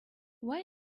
why